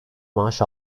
maaş